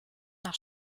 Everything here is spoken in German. nach